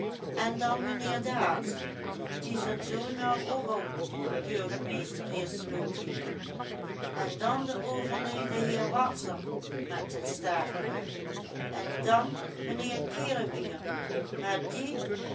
en dan menheer daats die zen zoon nou ook al burgemeester is loof ik en dan de overleden heer watser met z'n staartpruik en dan menheer kierewier maar die